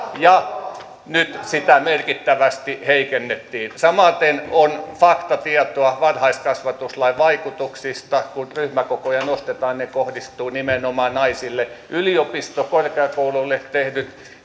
ja nyt sitä merkittävästi heikennettiin samaten on faktatietoa varhaiskasvatuslain vaikutuksista kun ryhmäkokoja nostetaan ne kohdistuvat nimenomaan naisille yliopistoille korkeakouluille tehdyt